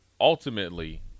Ultimately